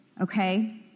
Okay